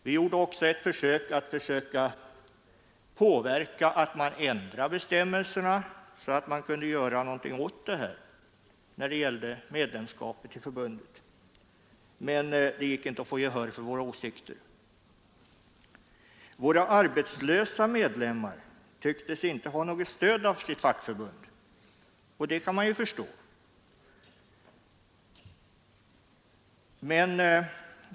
Vi gjorde också ett försök att få till stånd en ändring av bestämmelserna för att kunna göra någonting åt frågan om medlemskap i förbundet i liknande fall, men det gick inte att få gehör för våra åsikter. Våra arbetslösa medlemmar tyckte sig inte ha något stöd av sitt fackförbund — och det kan man ju förstå.